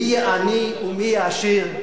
מי ייעני ומי ייעשר.